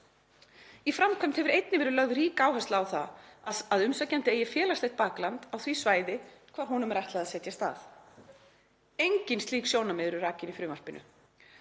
Í framkvæmd hefur einnig verið lögð rík áhersla á að umsækjandi eigi félagslegt bakland á því svæði þar sem honum er ætlað að setjast að. Engin slík sjónarmið eru rakin í frumvarpinu.“